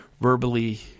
verbally